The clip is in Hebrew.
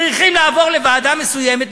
צריכים לעבור לוועדה מסוימת,